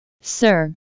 sir